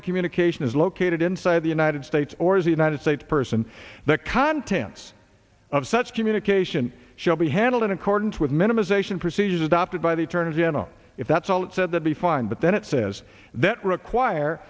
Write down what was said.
the communication is located inside the united states or is a united states person the contents of such communication shall be handled in accordance with minimization procedures adopted by the attorney general if that's all it said that the fine but then it says that require